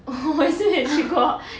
我也是没有去过